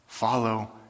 Follow